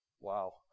Wow